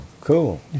cool